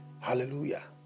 hallelujah